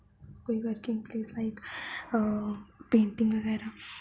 कोई working place like painting वगैरा